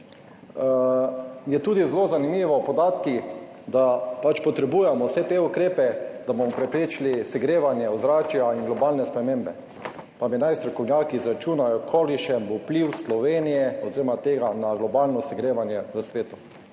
je tudi zelo zanimivo, podatki, da pač potrebujemo vse te ukrepe, da bomo preprečili segrevanje ozračja in globalne spremembe, pa mi naj strokovnjaki izračunajo kolikšen bo vpliv Slovenije oziroma tega na globalno segrevanje v svetu.